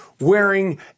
wearing